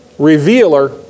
Revealer